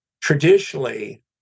traditionally